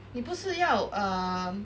你不是要 um